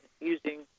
using